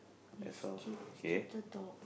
this little dog